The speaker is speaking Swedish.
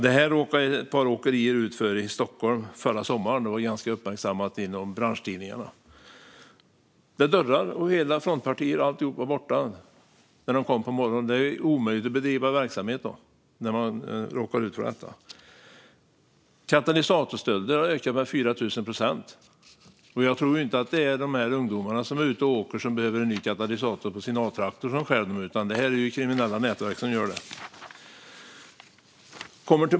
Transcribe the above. Det här råkade ett par åkerier ut för i Stockholm förra sommaren, vilket var ganska uppmärksammat inom branschtidningarna. Dörrar, hela frontpartier och alltihop var borta när de kom på morgonen. Det är omöjligt att bedriva verksamhet när man råkar ut för detta. Katalysatorstölderna har ökat med 4 000 procent. Jag tror inte att det är ungdomar som är ute och åker och behöver en ny katalysator till sin Atraktor som stjäl dem, utan det är kriminella nätverk som gör det.